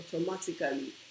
automatically